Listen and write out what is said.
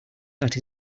that